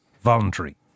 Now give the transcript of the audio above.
voluntary